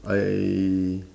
I